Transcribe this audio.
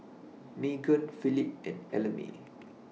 Meghan Phillip and Ellamae